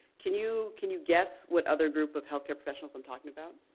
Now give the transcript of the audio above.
can you can you guess what other group of health care professionals i'm talking about?